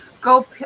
Go